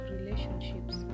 relationships